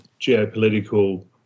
geopolitical